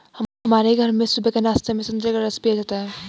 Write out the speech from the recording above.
हमारे घर में सुबह के नाश्ते में संतरे का रस पिया जाता है